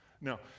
Now